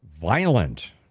violent